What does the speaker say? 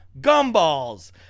gumballs